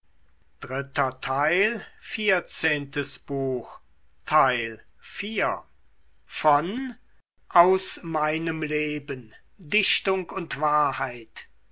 goethe aus meinem leben dichtung und wahrheit